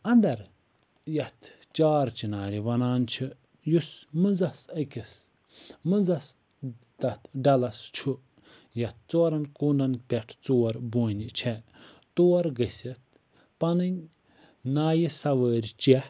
اندَر یتھ چار چِناری وَنان چھِ یُس مَنٛزَس أکِس مَنٛزَس تتھ ڈَلَس چھُ یتھ ژورَن کوٗنن پٮ۪ٹھ ژور بونہِ چھِ تور گٔژھِتھ پَنٕنۍ نایہِ سَوٲرۍ چیٚتھ